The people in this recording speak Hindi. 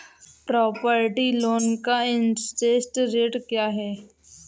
प्रॉपर्टी लोंन का इंट्रेस्ट रेट क्या है?